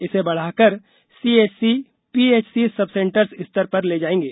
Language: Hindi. इसे बढ़ाकर सीएचसी पीएचसी सब सेंटर्स स्तर पर ले जाएंगे